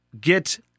get